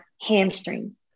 hamstrings